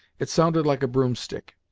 it sounded like a broom-stick.